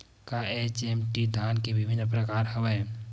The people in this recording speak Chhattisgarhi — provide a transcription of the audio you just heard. का एच.एम.टी धान के विभिन्र प्रकार हवय?